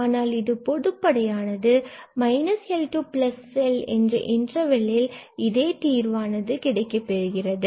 ஆனால் இது பொதுப்படையானது மற்றும் என்ற LL இன்டர்வெல் ல் இதே தீர்வானது கிடைக்கப் பெறுகிறது